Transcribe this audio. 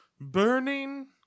burning